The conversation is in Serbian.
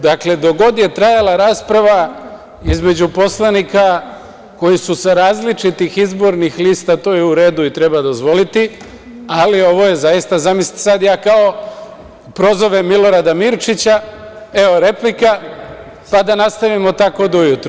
Dakle, do god je trajala rasprava između poslanika koji su sa različitih izbornih lista, to je u redu i treba dozvoliti, ali ovo je zaista zamislite, sada ja kao prozovem Milorada Mirčića, evo replika, pa da nastavimo tako do ujutru.